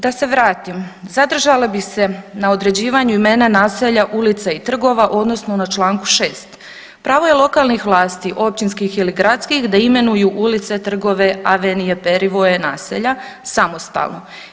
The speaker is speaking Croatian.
Da se vratim, zadržala bi se na određivanju imena naselja, ulica i trgova odnosno na Članku 6. Prvo je lokalnih vlasti općinskih ili gradskih da imenuju ulice, trgove, avenije, perivoje, naselja samostalno.